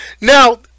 Now